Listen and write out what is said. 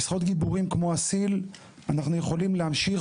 בזכות גיבורים כמו אסיל אנחנו יכולים להמשיך